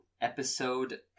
episode